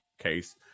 case